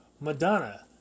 Madonna